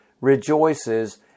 rejoices